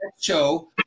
show